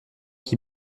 qui